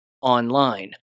online